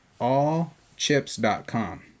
allchips.com